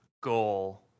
goal